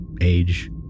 age